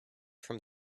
from